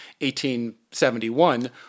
1871